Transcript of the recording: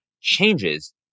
changes